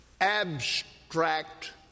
abstract